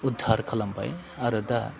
उधार खालामबाय आरो दा